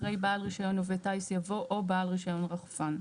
אחרי "בעל רישיון עובד טיס" יבוא "או בעל רישיון רחפן".